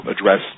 address